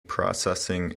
processing